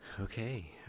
Okay